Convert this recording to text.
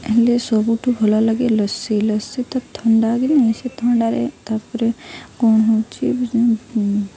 ହେଲେ ସବୁଠୁ ଭଲଲାଗେ ଲସି ଲସି ତ ଥଣ୍ଡା ହିଁ ସେ ଥଣ୍ଡଠାରେ ତାପରେ କ'ଣ ହେଉଛି